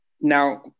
Now